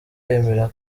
yemera